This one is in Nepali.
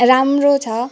राम्रो छ